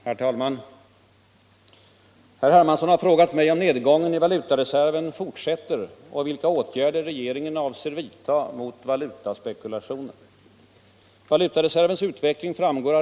Herr talman! Herr Hermansson har frågat mig om nedgången i valutareserven fortsätter och vilka åtgärder regeringen avser vidta mot valutaspekulationen.